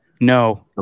No